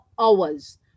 hours